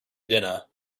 dinner